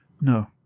no